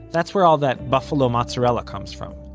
that's where all that buffalo mozzarella comes from.